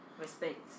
Respect